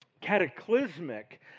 cataclysmic